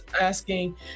asking